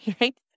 right